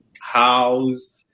house